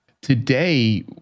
today